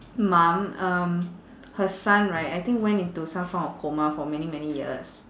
mum um her son right I think went into some form of coma for many many years